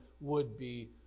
would-be